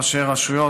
ראשי רשויות,